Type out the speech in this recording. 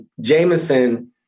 Jameson